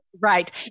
Right